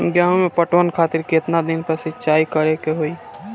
गेहूं में पटवन खातिर केतना दिन पर सिंचाई करें के होई?